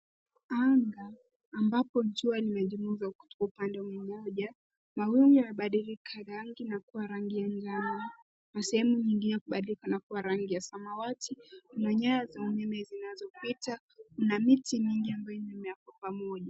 Anga ambapo jua limechomoza kutoka upande moja. Mawingu yamebadilika rangi na kuwa rangi ya njano kuna sehemu nyingi imabadilika na kuwa rangi ya samawati . Kuna nyaya za umeme zinazopita . Kuna miti mingi ambayo yako pamoja.